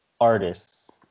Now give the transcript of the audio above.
artists